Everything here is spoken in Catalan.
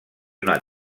una